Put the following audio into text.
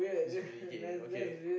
it's really gay okay